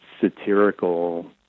satirical